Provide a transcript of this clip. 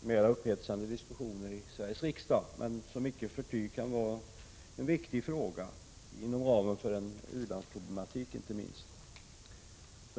mer upphetsande diskussioner i Sveriges riksdag men som icke förty kan vara viktigt inte minst inom ramen för u-landsproblematiken.